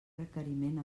requeriment